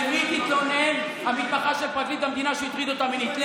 למי תתלונן המתמחה של פרקליט המדינה שהטריד אותה מינית?